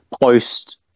post